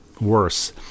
worse